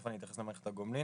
תיכף אני אתייחס למערכת הגומלין,